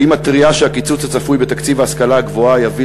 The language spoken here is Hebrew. והיא מתריעה שהקיצוץ הצפוי בתקציב ההשכלה הגבוהה יביא